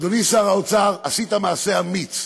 אדוני שר האוצר, עשית מעשה אמיץ,